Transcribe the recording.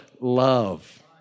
love